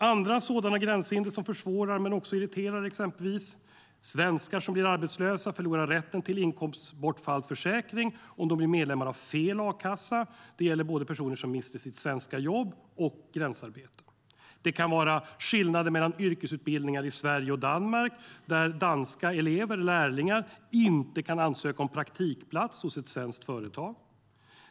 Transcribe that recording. Andra sådana gränshinder som försvårar men också irriterar är exempelvis svenskar som blir arbetslösa och som förlorar rätten till inkomstbortfallsförsäkring om de är medlemmar av fel a-kassa. Det gäller både personer som mister sitt svenska jobb och gränsarbete. Det kan vara skillnader mellan yrkesutbildningar i Sverige och Danmark, där danska elever - lærlinger - inte kan ansöka om praktikplats hos ett svenskt företag.